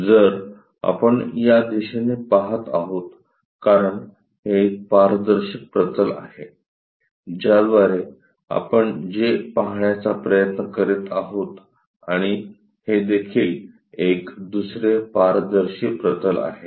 जर आपण या दिशेने पहात आहोत कारण हे एक पारदर्शक प्रतल आहे ज्याद्वारे आपण जे पाहण्याचा प्रयत्न करीत आहोत आणि हे देखील एक दुसरे पारदर्शी प्रतल आहे